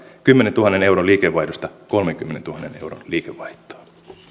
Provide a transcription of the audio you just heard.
kymmenentuhannen euron liikevaihdosta kolmenkymmenentuhannen euron liikevaihtoon